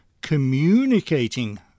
communicating